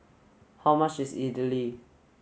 how much is Idly